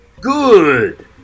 Good